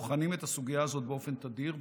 בוחנים את הסוגיה הזאת באופן תדיר,